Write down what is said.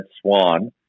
Swan